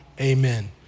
Amen